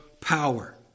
power